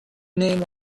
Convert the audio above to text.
name